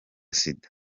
sida